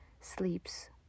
sleeps